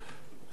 תודה, אדוני.